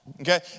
Okay